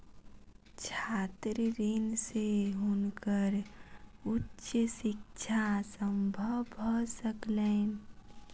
छात्र ऋण से हुनकर उच्च शिक्षा संभव भ सकलैन